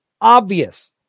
obvious